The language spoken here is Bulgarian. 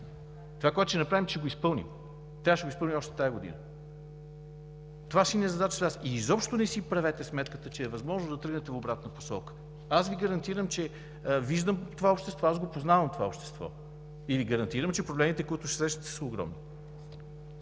Това, което ще направим, е, че ще го изпълним. Ако трябва, ще го изпълним още тази година! Това ще е задачата ни. И изобщо не си правете сметката, че е възможно да тръгнете в обратна посока! Аз Ви гарантирам – виждам това общество, аз го познавам това общество, и Ви гарантирам, че проблемите, които ще срещнете, са огромни!